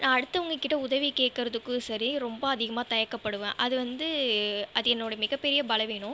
நான் அடுத்தவங்ககிட்ட உதவி கேட்குறதுக்கு சரி ரொம்ப அதிகமாக தயக்கப்படுவேன் அது வந்து அது என்னோடய மிகப்பெரிய பலவீனம்